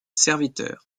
serviteur